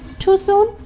too soon.